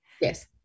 Yes